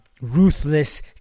ruthless